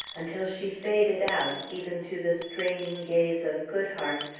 until she faded out, even to the straining gaze of goodhart,